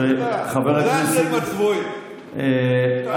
ככה זה עם הצבועים --- חבר הכנסת,